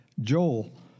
Joel